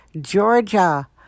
Georgia